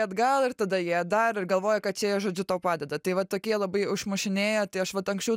atgal ir tada jie dar ir galvoja kad čia jie žodžiu tau padeda tai va tokie labai užmušinėja tai aš vat anksčiau